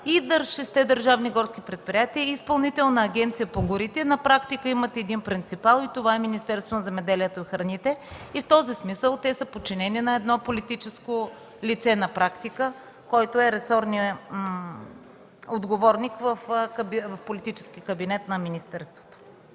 и шестте държавни горски предприятия, и Изпълнителната агенция по горите на практика имат един принципал – това е Министерството на земеделието и храните. В този смисъл на практика те са подчинени на едно политическо лице, което е ресорният отговорник в политическия кабинет на министъра.